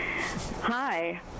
Hi